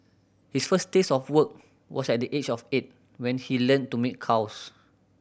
his first taste of work was at the age of eight when he learned to milk cows